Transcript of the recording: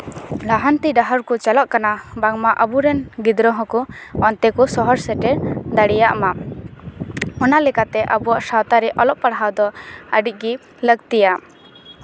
ᱞᱟᱦᱟᱱᱛᱤ ᱰᱟᱦᱟᱨ ᱠᱚ ᱪᱟᱞᱟᱜ ᱠᱟᱱᱟ ᱵᱟᱝᱢᱟ ᱟᱵᱚ ᱨᱮᱱ ᱜᱤᱫᱽᱨᱟᱹ ᱦᱚᱸᱠᱚ ᱚᱱᱛᱮ ᱠᱚ ᱥᱚᱦᱚᱨ ᱥᱮᱴᱮᱨ ᱫᱟᱲᱮᱭᱟᱜᱜ ᱢᱟ ᱚᱱᱟ ᱞᱮᱠᱟᱛᱮ ᱟᱵᱚᱣᱟᱜ ᱥᱟᱶᱛᱟ ᱨᱮ ᱚᱞᱚᱜ ᱯᱟᱲᱦᱟᱣ ᱫᱚ ᱟᱹᱰᱤᱜᱮ ᱞᱟᱹᱠᱛᱤᱭᱟ